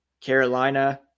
Carolina